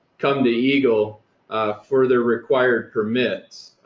come to yeah egle for their required permits.